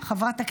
הוא